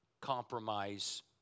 compromise